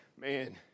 man